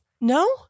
No